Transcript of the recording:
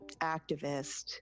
activist